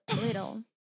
little